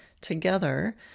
together